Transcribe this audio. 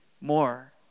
more